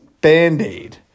Band-Aid